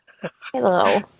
Hello